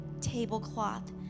tablecloth